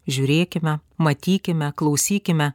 žiūrėkime matykime klausykime